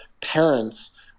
parents